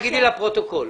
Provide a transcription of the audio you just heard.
תאמרי לפרוטוקול.